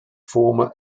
former